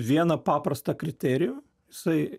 vieną paprastą kriterijų jisai